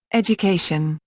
education,